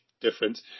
difference